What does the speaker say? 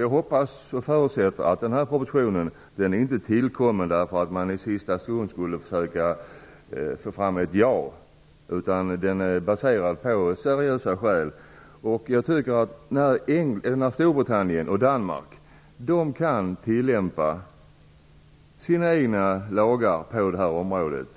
Jag förutsätter att propositionen inte är tillkommen för att man i sista stund ville försöka få till stånd ett ja, utan att den har seriösa syften. Både i Storbritannien och i Danmark kan man tilllämpa sina egna lagar på det här området